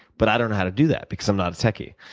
but i don't know how to do that, because i'm not a techy.